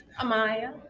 Amaya